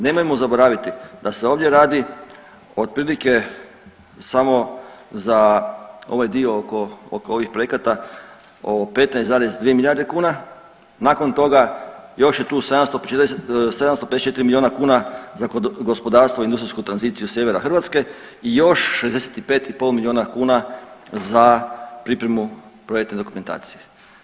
Nemojmo zaboraviti da se ovdje radi otprilike samo za ovaj dio oko, oko ovih projekata o 15,2 milijarde kuna, nakon toga još je tu 754 miliona kuna za gospodarstvo i industrijsku tranziciju sjevera Hrvatske i još 65,5 miliona kuna za pripremu projekte dokumentacije.